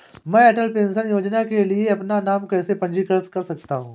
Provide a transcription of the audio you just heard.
मैं अटल पेंशन योजना के लिए अपना नाम कैसे पंजीकृत कर सकता हूं?